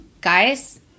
guys